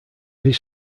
his